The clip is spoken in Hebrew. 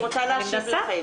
אני מנסה.